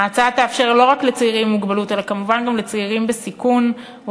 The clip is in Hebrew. ההצעה תאפשר לא רק לצעירים עם מוגבלות אלא כמובן גם לצעירים בסיכון או